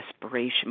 desperation